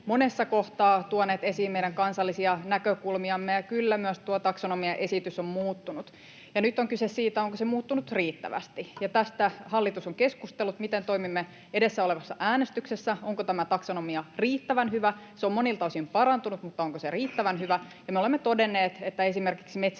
monessa kohtaa tuoneet esiin meidän kansallisia näkökulmiamme, ja kyllä myös tuo taksonomiaesitys on muuttunut. Nyt on kyse siitä, onko se muuttunut riittävästi, ja tästä hallitus on keskustellut, miten toimimme edessä olevassa äänestyksessä. Onko tämä taksonomia riittävän hyvä? Se on monilta osin parantunut, mutta onko se riittävän hyvä? Me olemme todenneet, että esimerkiksi